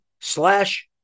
slash